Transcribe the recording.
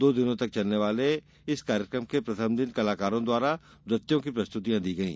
दो दिनों तक चलने वाले इस कार्यक्रम के प्रथम दिन कलाकारों द्वारा नृत्यों की प्रस्तुति दी गई